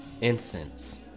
incense